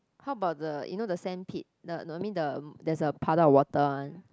how about the you know the sand pit the no I mean the there's a puddle of water one